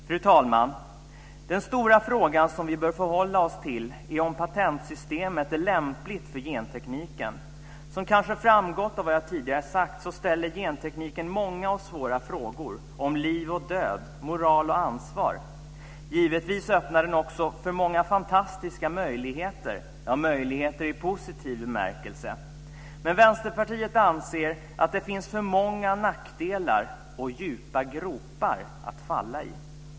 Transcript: Fru talman! Den stora frågan som vi bör förhålla oss till är om patentsystemet är lämpligt för gentekniken. Som kanske framgått av vad jag tidigare sagt ställer gentekniken många och svåra frågor, om liv och död, om moral och ansvar. Givetvis öppnar den också för många fantastiska möjligheter, möjligheter i positiv bemärkelse. Men Vänsterpartiet anser att det finns för många nackdelar och djupa gropar att falla i.